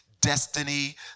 destiny